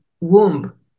womb